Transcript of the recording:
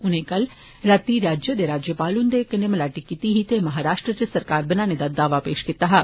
उनें कल राती राज्य दे राज्यपाल ह्न्दे कन्नै मलाटी कीती ते महाराश्ट्र इच सरकार बनाने दा दावा पेशकीता हा